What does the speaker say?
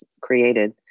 created